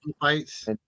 fights